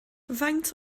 faint